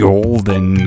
Golden